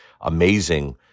amazing